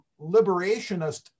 liberationist